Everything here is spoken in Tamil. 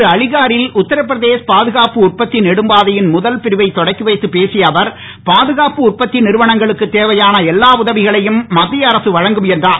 இன்று அலிகாரில் உத்தரபிரதேஷ் பாதுகாப்பு உற்பத்தி நெடும்பாதையின் முதல் பிரிவை தொடக்கி வைத்து பேசிய அவர் பாதுகாப்பு உற்பத்தி நிறுவனங்களுக்கு தேவையான எல்லா உதவிகளையும் மத்திய அரசு வழங்கும் என்றார்